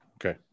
Okay